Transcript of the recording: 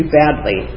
badly